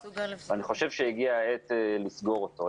אני חושב שהגיעה העת לסגור אותו.